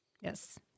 Yes